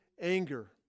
anger